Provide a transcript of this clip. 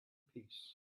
peace